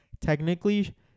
technically